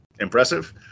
impressive